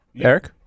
Eric